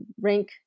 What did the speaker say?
rank